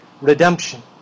redemption